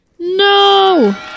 No